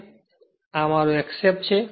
અને આ મારો x f છે